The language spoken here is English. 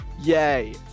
yay